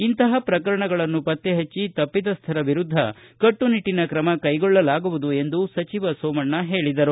ಇಂತಹ ಪ್ರಕರಣಗಳನ್ನು ಪತ್ತೆ ಹಣ್ಣಿ ತಪ್ಪಿತಸ್ಥರ ವಿರುದ್ದ ಕಟ್ಟುನಿಟ್ಟಿನ ಕ್ರಮ ಕೈಗೊಳ್ಳಲಾಗುವುದು ಎಂದು ಸಚಿವ ಸೋಮಣ್ಣ ಹೇಳಿದರು